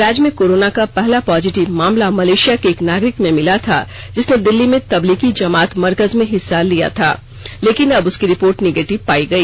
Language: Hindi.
राज्य में कोरोना का पहला पॉजिटिव मामला मलेशिया के एक नागरिक में मिला था जिसने दिल्ली में तबलीगी जमात मरकज में हिस्सा ली थी लेकिन अब उसकी रिपोर्ट नेगेटिव पाई गई